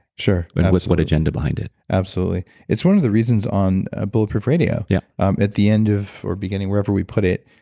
but with what agenda behind it absolutely. it's one of the reasons on ah bulletproof radio, yeah um at the end of or beginning wherever we put it.